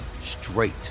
straight